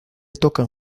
tocan